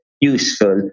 useful